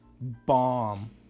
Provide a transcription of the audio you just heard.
bomb